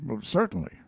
certainly